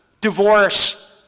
Divorce